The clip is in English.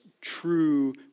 true